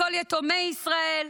לכל יתומי ישראל.